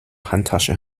handtasche